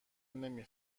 نمی